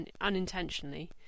unintentionally